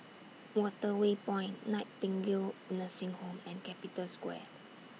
Waterway Point Nightingale Nursing Home and Capital Square